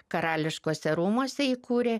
karališkuose rūmuose įkūrė